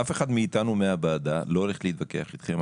אף אחד מאתנו בוועדה לא הולך להתווכח איתכם.